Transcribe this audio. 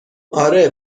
اره